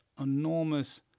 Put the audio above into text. enormous